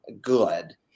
good